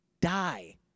die